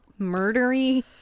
murdery